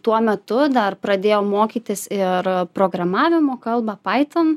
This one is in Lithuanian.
tuo metu dar pradėjau mokytis ir programavimo kalbą python